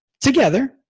together